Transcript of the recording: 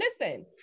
Listen